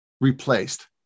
replaced